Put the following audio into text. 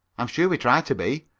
i'm sure we try to be,